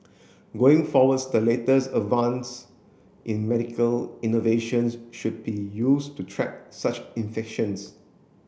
going forwards the latest advance in medical innovations should be used to track such infections